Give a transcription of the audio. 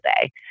day